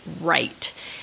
right